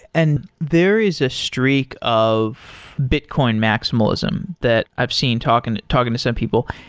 and there is a streak of bitcoin maximalism that i've seen talking to talking to some people.